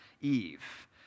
Eve